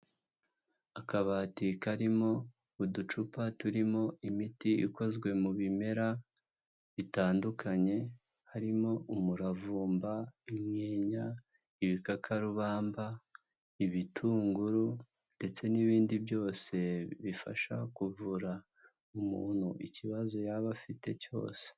Akabati karimo uducupa turimo imiti ikozwe mu bimera bitandukanye harimo umuravumba, imyenya, ibikakarubamba, ibitunguru ndetse n'ibindi byose bifasha kuvura umuntu ikibazo yaba afite cyose.